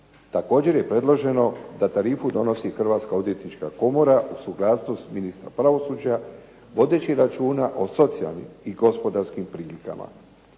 Također je predloženo da tarifu donosi Hrvatska odvjetnička komora u suglasnost ministra pravosuđa, vodeći računa o socijalnim i gospodarskim prilikama.